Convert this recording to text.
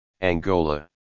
Angola